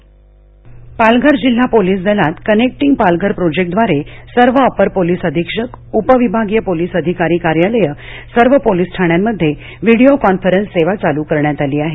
voicecast Palghar Palghar जिल्हा police दलात connecting Palghar project द्वारे सर्व अपर पोलीस अधीक्षकउप विभागीय पोलीस अधिकारी कार्यालय सर्व पोलीस ठाण्यांमध्ये व्हिडीओ कॉन्फरन्स सेवा चालू करण्यात आलेली आहे